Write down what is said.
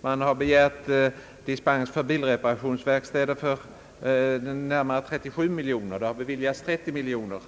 kronor. Det har begärts dispens för bilreparationsverkstäder till ett belopp av närmare 37 miljoner kronor, och det har beviljats 30 miljoner kronor.